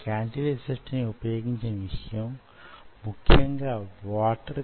కాబట్టి మనమిక్కడ దానికి సంబంధించిన యాంత్రిక భాగాన్ని మాత్రమే చూడగలం